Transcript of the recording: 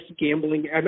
gambling